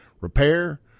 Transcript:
repair